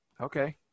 okay